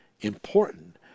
important